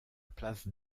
place